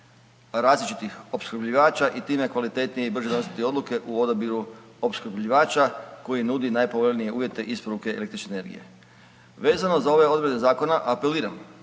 različitih opskrbljivača i time kvalitetnije i brže donositi odluke u odabiru opskrbljivača koji nudi najpovoljnije uvjete isporuke električne energije. Vezano za ove odredbe zakona apeliram